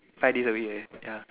five days a week ya